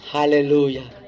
Hallelujah